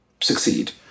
succeed